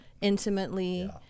intimately